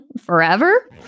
forever